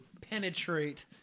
penetrate